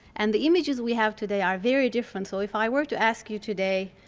and the images we have today are very different. so if i were to ask you today,